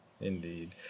Indeed